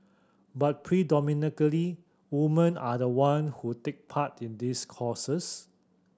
but predominantly woman are the one who take part in these courses